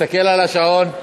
תסתכל על השעון.